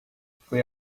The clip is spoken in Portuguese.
foi